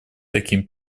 таким